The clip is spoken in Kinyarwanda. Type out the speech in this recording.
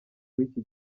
w’iki